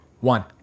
one